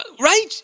Right